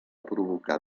provocar